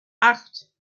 acht